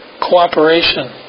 Cooperation